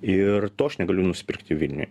ir to aš negaliu nusipirkti vilniuj